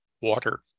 water